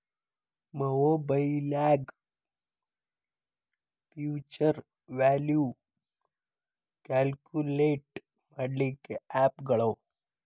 ಮಒಬೈಲ್ನ್ಯಾಗ್ future value calculate ಮಾಡ್ಲಿಕ್ಕೆ ಆಪ್ ಗಳವ